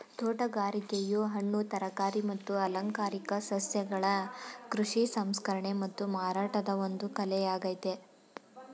ತೋಟಗಾರಿಕೆಯು ಹಣ್ಣು ತರಕಾರಿ ಮತ್ತು ಅಲಂಕಾರಿಕ ಸಸ್ಯಗಳ ಕೃಷಿ ಸಂಸ್ಕರಣೆ ಮತ್ತು ಮಾರಾಟದ ಒಂದು ಕಲೆಯಾಗಯ್ತೆ